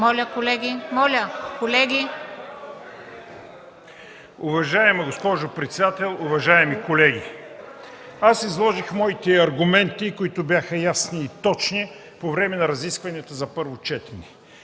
ИВАН Н. ИВАНОВ (СК): Уважаема госпожо председател, уважаеми колеги! Аз изложих своите аргументи, които бяха ясни и точни, по време на разискванията на първо четене.